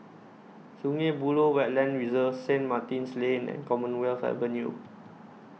Sungei Buloh Wetland Reserve Saint Martin's Lane and Commonwealth Avenue